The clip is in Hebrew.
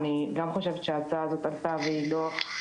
גם אני חושבת שההצעה הזאת עלתה ובסופו